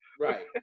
Right